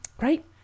Right